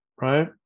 right